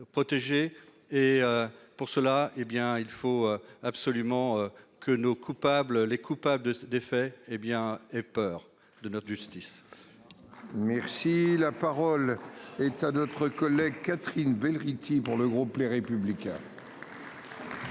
et pour cela, hé bien il faut absolument que nos coupables les coupables des faits hé bien et peur de notre justice. Merci la parole est à d'autres collègues Catherine Belghiti pour le groupe Les Républicains.